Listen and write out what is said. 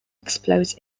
explodes